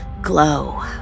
glow